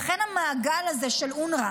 לכן המעגל הזה של אונר"א,